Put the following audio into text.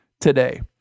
today